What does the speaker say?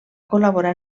col·laborar